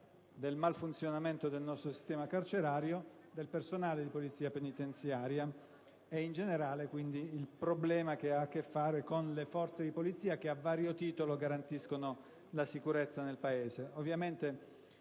del malfunzionamento del nostro sistema carcerario, del personale di Polizia penitenziaria. In generale, è quindi il problema che ha a che fare con le forze di polizia che, a vario titolo, garantiscono la sicurezza nel Paese.